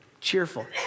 cheerful